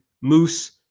Moose